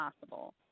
possible